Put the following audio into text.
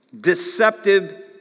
deceptive